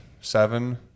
seven